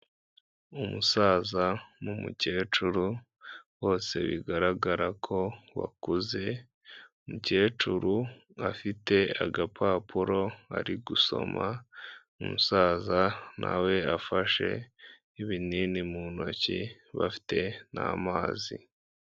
Umusaza n'umukecuru bose bigaragara ko bakuze, umukecuru afite agapapuro ari gusoma, umusaza na we afashe ibinini mu ntoki bafite n'amazi.